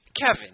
Kevin